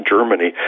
Germany